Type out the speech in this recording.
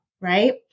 right